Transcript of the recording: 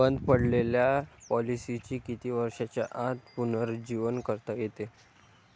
बंद पडलेल्या पॉलिसीचे किती वर्षांच्या आत पुनरुज्जीवन करता येते?